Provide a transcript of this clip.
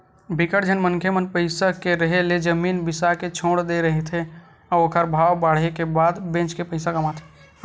बिकट झन मनखे मन पइसा के रेहे ले जमीन बिसा के छोड़ दे रहिथे अउ ओखर भाव बाड़हे के बाद बेच के पइसा कमाथे